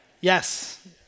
Yes